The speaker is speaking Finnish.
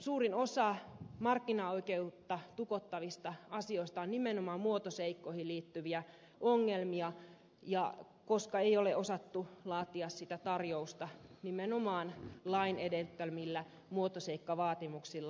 suurin osa markkinaoikeutta tukottavista asioista on nimenomaan muotoseikkoihin liittyviä ongelmia koska ei ole osattu laatia tarjousta nimenomaan lain edellyttämillä muotoseikkavaatimuksilla